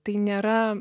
tai nėra